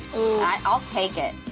i'll take it.